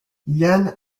yann